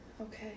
Okay